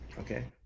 Okay